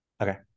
Okay